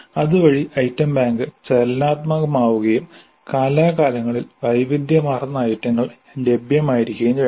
അതുവഴി item bank ചലനാത്മകമാവുകയും കാലാകാലങ്ങളിൽ വൈവിധ്യമാർന്ന ഐറ്റങ്ങൾ ലഭ്യമായിരിക്കുകയും വേണം